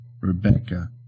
Rebecca